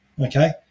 Okay